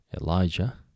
Elijah